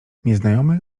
nieznajomy